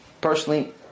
personally